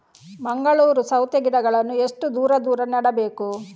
ಮಂಗಳೂರು ಸೌತೆ ಗಿಡಗಳನ್ನು ಎಷ್ಟು ದೂರ ದೂರ ನೆಡಬೇಕು?